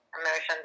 emotions